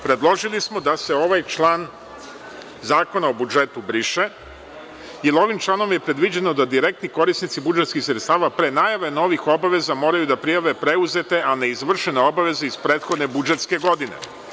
Predložili smo da se ovaj član Zakona o budžetu briše, jer ovim članom je predviđeno da direktni korisnici budžetskih sredstava pre najave novih obaveza moraju da prijave preuzete, a neizvršene obaveze iz prethodne budžetske godine.